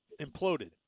imploded